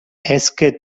esque